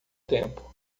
tempo